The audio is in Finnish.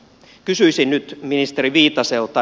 kysyisin nyt ministeri viitaselta